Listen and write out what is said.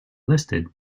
listed